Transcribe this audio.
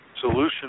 solution